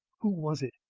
who was it?